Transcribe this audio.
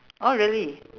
oh really